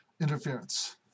interference